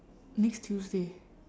next tuesday